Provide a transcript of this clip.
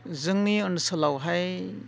जोंनि ओनसोलावहाय